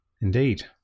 Indeed